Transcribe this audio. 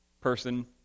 person